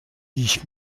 ich